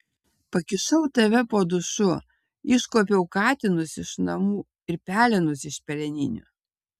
pakišau tave po dušu iškuopiau katinus iš namų ir pelenus iš peleninių